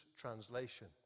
translation